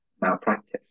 malpractice